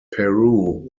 peru